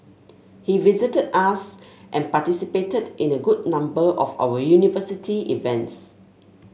he visited us and participated in a good number of our university events